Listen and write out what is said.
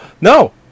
No